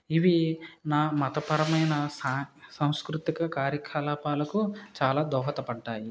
ఇవి నా మతపరమైన సామ్ సంస్కృతిక కార్యకలాపాలకు చాలా దోహదపడ్డాయి